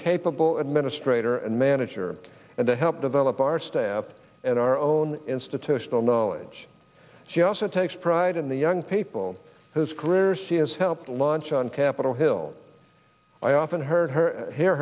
capable administrator and manager and to help develop our staff and our own institutional knowledge she also takes pride in the young people whose careers she has helped launch on capitol hill i often heard her hear